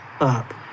up